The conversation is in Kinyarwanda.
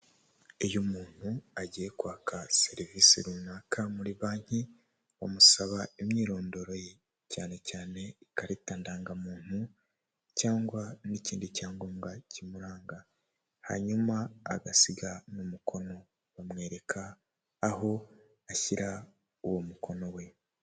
Iyo umuntu agiye kwaka serivisi runaka muri banki bamusaba imyirondoro ye, cyane cyane ikarita ndangamuntu cyangwa n'ikindi cyangombwa kimuranga, hanyuma agasiga n'umukono bamwereka aho ashyira uwo mukono we.